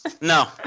no